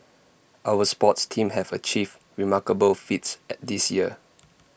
our sports teams have achieved remarkable feats at this year